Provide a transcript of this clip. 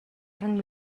оронд